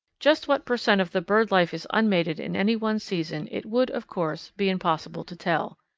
just what per cent. of the bird life is unmated in any one season it would, of course, be impossible to tell.